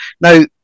Now